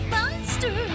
Monster